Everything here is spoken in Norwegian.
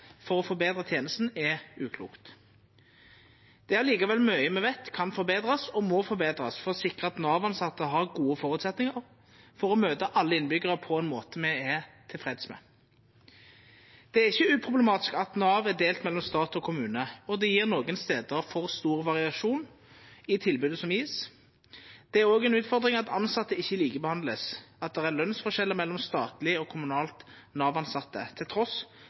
for å forbetra tenesta, er uklokt. Det er likevel mykje me veit kan forbetrast og må forbetrast for å sikra at Nav-tilsette har gode føresetnader for å møta alle innbyggjarar på ein måte me er tilfredse med. Det er ikkje uproblematisk at Nav er delt mellom stat og kommune. Det gjev nokre stader for stor variasjon i tilbodet som vert gjeve. Det er òg ei utfordring at tilsette ikkje vert likebehandla, at det er lønsforskjellar mellom statleg og kommunalt